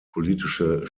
politische